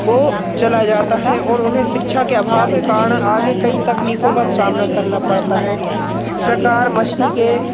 वो चला जाता है और उन्हें शिक्षा के अभाव के कारण आगे कई तकलीफों का सामना करना पड़ता है जिस प्रकार मछली के